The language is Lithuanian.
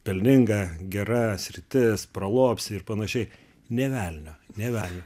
pelninga gera sritis pralobsi ir panašiai nė velnio nė velnio